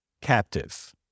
captive